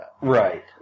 Right